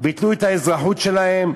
ביטלו את האזרחות שלהם,